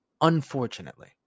unfortunately